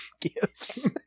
gifts